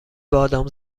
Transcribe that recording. بادام